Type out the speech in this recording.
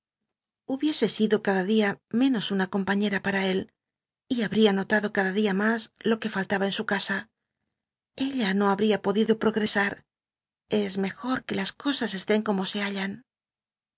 hubiese sido cada dia menos una compañera pa ra ia notado cada dia mas lo que f ll aba él y habr en su casa ella no habria podido progresar es mejor que las cosas estén como se hallan